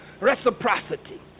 reciprocity